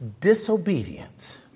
disobedience